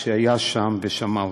שם ושמע אותם.